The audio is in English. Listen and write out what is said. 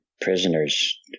prisoners